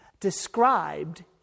described